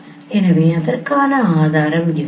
எனவே அதற்கான ஆதாரம் அது